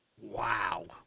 Wow